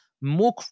more